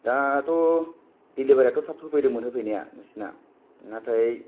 दाथ' डिलिभारियाथ' थाब होफैदोंमोन होफैनाया नोंसिना नाथाय